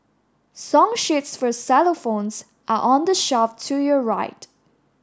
song sheets for xylophones are on the shelf to your right